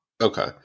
okay